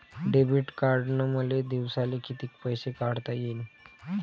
Debit कार्डनं मले दिवसाले कितीक पैसे काढता येईन?